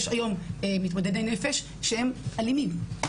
יש היום מתמודדי נפש שהם אלימים,